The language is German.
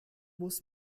muss